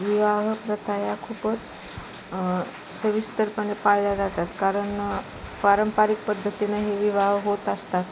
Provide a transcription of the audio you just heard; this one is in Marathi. विवाह प्रथा या खूपच सविस्तरपणे पाळल्या जातात कारण पारंपरिक पद्धतीने हे विवाह होत असतात